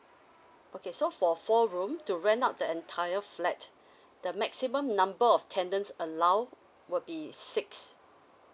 okay so for four room to rent out the entire flat the maximum number of tenants allowed would be six